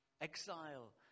Exile